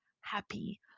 happy